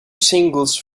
singles